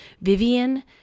Vivian